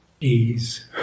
ease